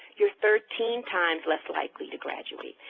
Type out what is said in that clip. you're thirteen times less likely to graduate.